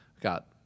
got